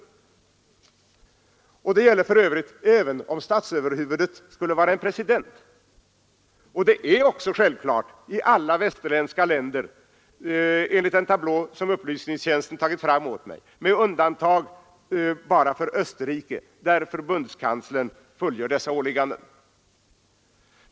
Detta gäller för övrigt även om statsöverhuvudet skulle vara en president, och det är också självklart i alla västerländska stater, enligt en tablå som upplysningstjänsten tagit fram åt mig — med undantag bara för Österrike där förbundskanslern fullgör dessa åligganden.